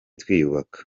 twiyubaka